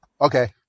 Okay